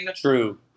True